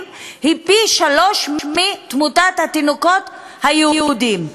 היא פי-שלושה מתמותת התינוקות היהודים.